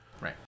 right